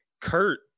Kurt